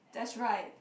that's right